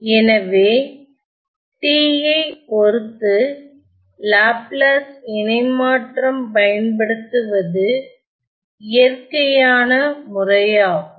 எனவே t ஐ பொருத்து லாப்லாஸ் இணைமாற்றம் பயன்படுத்துவது இயற்கையான முறையாகும்